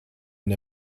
and